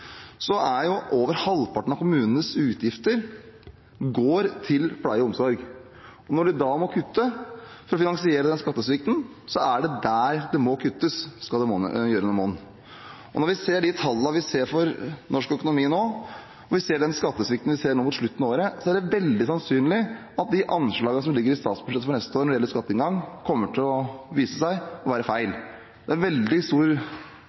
over halvparten av kommunenes utgifter går til pleie og omsorg og de må kutte for å finansiere den skattesvikten, er det der det må kuttes, skal det monne noe. Når vi ser de tallene vi ser for norsk økonomi nå, når vi ser den skattesvikten vi ser nå mot slutten av året, er det veldig sannsynlig at de anslagene som ligger i statsbudsjettet for neste år når det gjelder skatteinngang, kommer til å vise seg å være feil. Det er